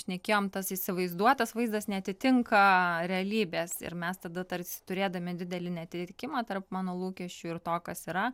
šnekėjom tas įsivaizduotas vaizdas neatitinka realybės ir mes tada tarsi turėdami didelį neatitikimą tarp mano lūkesčių ir to kas yra